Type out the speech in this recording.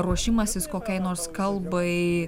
ar ruošimasis kokiai nors kalbai